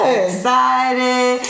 excited